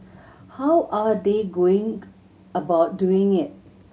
how are they going about doing it